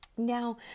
Now